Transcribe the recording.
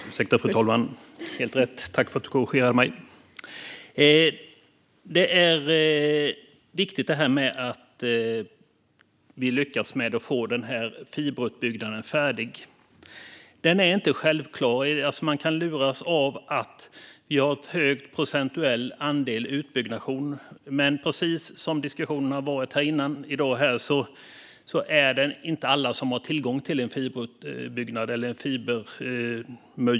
Fru talman! Vi är här för att debattera digitaliserings och postfrågor. Detta är ett jättespännande område. Jag vill börja med att yrka bifall till reservation 10 under punkt 5, som rör tillgång till elektronisk kommunikation. Det är viktigt att vi lyckas få fiberutbyggnaden färdig. Den är inte självklar. Man kan luras av att vi har en hög procentuell andel utbyggnation, men precis som har sagts här tidigare är det inte alla som i dag har tillgång till fiber.